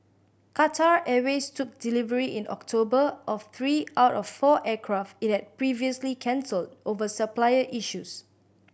Qatar Airways took delivery in October of three out of four aircraft it had previously cancelled over supplier issues